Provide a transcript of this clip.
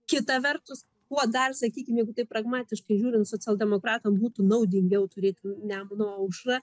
kita vertus kuo dar sakykim jeigu taip pragmatiškai žiūrint socialdemokratam būtų naudingiau turėti nemuno aušrą